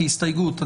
כהסתייגות.